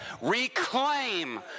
reclaim